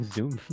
Zoom